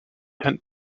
tent